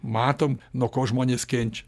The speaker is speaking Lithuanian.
matom nuo ko žmonės kenčia